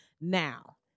Now